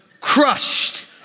crushed